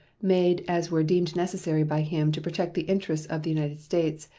made as were deemed necessary by him to protect the interests of the united states,